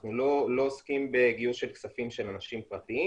אנחנו לא עוסקים בגיוס של כספים של אנשים פרטיים